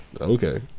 Okay